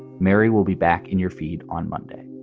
mary will be back in your feed on monday